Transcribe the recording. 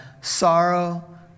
sorrow